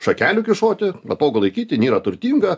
šakelių kyšoti patogu laikyti nėra turtinga